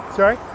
Sorry